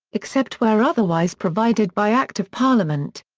except where otherwise provided by act of parliament.